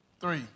three